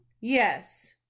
Yes